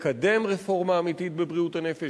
ולקדם רפורמה אמיתית בבריאות הנפש,